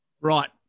Right